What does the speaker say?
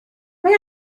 mae